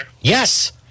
Yes